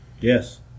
Yes